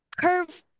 curve